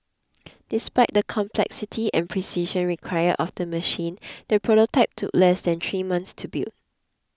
despite the complexity and precision required of the machine the prototype took less than three months to build